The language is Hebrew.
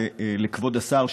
ולכבוד השר,